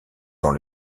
dans